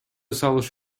салыш